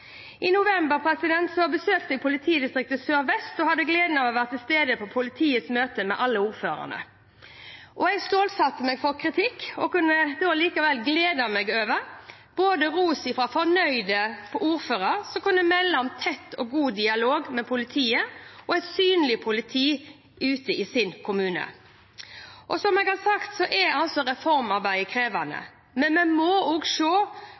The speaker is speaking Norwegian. I november besøkte jeg Sør-Vest politidistrikt og hadde gleden av å være til stede på politiets møte med alle ordførerne. Jeg stålsatte meg for kritikk, men kunne likevel glede meg over ros fra fornøyde ordførere som kunne melde om en tett og god dialog med politiet og et synlig politi ute i sin kommune. Som jeg har sagt, er reformarbeidet krevende, men vi må også se – og